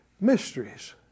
mysteries